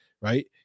right